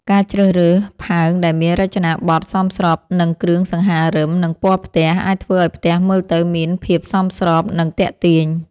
ការជ្រើសរើសផើងដែលមានរចនាបថសមស្របនឹងគ្រឿងសង្ហារឹម និងពណ៌ផ្ទះ អាចធ្វើឲ្យផ្ទះមើលទៅមានភាពសមស្រប និងទាក់ទាញ។